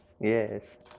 Yes